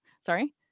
Sorry